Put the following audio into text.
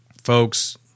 folks